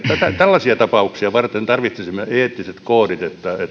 tällaisia tapauksia varten tarvitsisimme eettiset koodit että